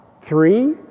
Three